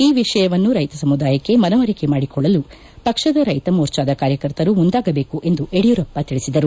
ಈ ವಿಷಯವನ್ನು ರೈತ ಸಮುದಾಯಕ್ಕೆ ಮನವರಿಕೆ ಮಾಡಿಕೊಡಲು ಪಕ್ಷದ ರೈತ ಮೋರ್ಚಾದ ಕಾರ್ಯಕರ್ತರು ಮುಂದಾಗಬೇಕು ಎಂದು ಯಡಿಯೂರಪ್ಪ ತಿಳಿಸಿದರು